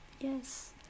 Yes